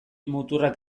muturrak